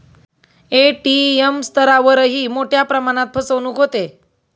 ATM स्तरावरही मोठ्या प्रमाणात फसवणूक होते